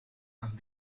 aan